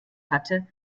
hatte